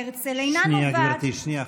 שנייה, גברתי, שנייה.